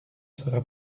sera